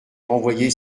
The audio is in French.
renvoyé